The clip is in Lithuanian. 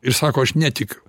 ir sako aš netikiu